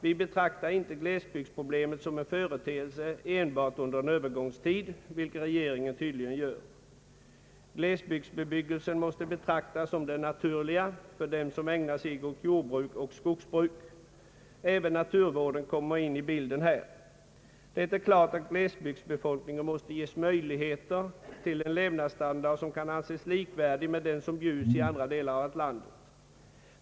Vi betraktar inte glesbygdsproblemet som en företeelse enbart under en övergångstid, vilket regeringen tydligen gör. Glesbygdsbebyggelsen måste betraktas som den naturliga för dem som som ägnar sig åt jordbruk och skogsbruk. Även naturvården kommer här in i bilden. Det är klart att glesbygdsbefolkningen måste ges möjligheter till en levnadsstandard som kan anses likvärdig med den som bjuds i andra delar av landet.